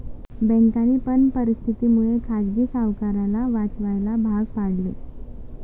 बँकांनी पण परिस्थिती मुळे खाजगी सावकाराला वाचवायला भाग पाडले